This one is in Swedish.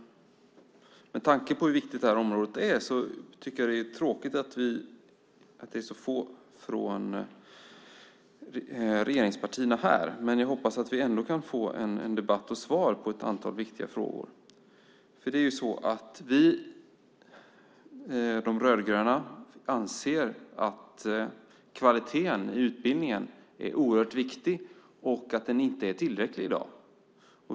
Med tanke på hur viktigt det här området är tycker jag att det är tråkigt att det är så få från regeringspartierna här. Jag hoppas att vi ändå kan få en debatt om och svar på ett antal viktiga frågor. Vi rödgröna anser att kvaliteten i utbildningen är oerhört viktig och att den inte är tillräcklig i dag.